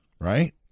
right